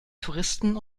touristen